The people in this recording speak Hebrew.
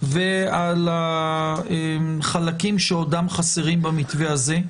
ועל החלקים שעודם חסרים במתווה הזה.